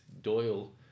Doyle